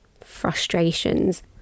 frustrations